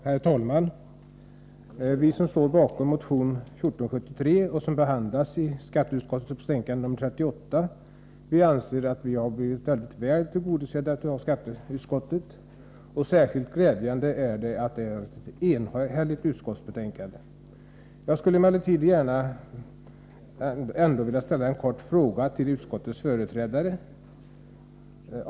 Herr talman! Vi som står bakom motion 1473, som behandlas i skatteutskottets betänkande 38, anser att vi har blivit mycket väl tillgodosedda av utskottet. Särskilt glädjande är det att utskottsbetänkandet är enhälligt. Jag skulle emellertid vilja ställa en kort fråga till utskottets företrädare.